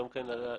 בפחת.